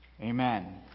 Amen